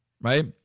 right